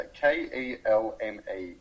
K-E-L-M-E